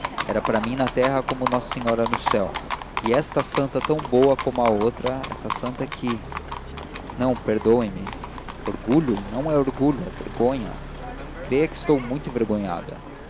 era para mim na terra como nossa senhora no céu e esta santa tão boa como a outra esta santa é que não perdoe-me orgulho não é orgulho é vergonha creia que estou muito envergonhada